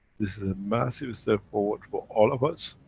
this is a massive step forward for all of us,